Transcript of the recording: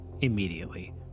immediately